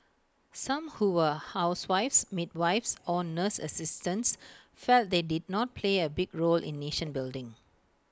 some who were housewives midwives or nurse assistants felt they did not play A big role in nation building